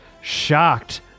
shocked